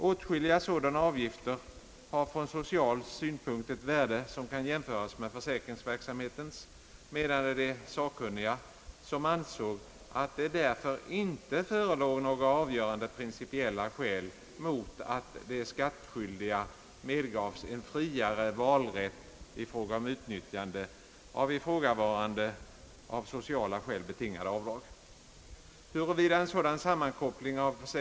Åtskilliga sådana avgifter har från social synpunkt ett värde som kan jämföras med försäkringsverksamhetens, menade de sakkunniga, som ansåg att det därför inte förelåg några avgörande principiella skäl mot att de skattskyldiga medgavs en friare valrätt i fråga om utnyttjandet av ifrågavarande av sociala skäl betingade avdrag. Huruvida en sådan sammankoppling av försäkringsavdra Ang.